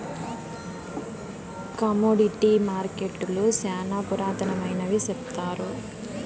commodity మార్కెట్టులు శ్యానా పురాతనమైనవి సెప్తారు